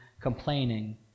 complaining